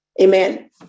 Amen